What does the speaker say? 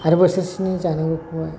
आरो बोसोरसेनि जानांगौखौहाय